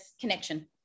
connection